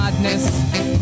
Madness